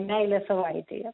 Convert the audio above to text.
meilės savaitėje